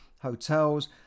hotels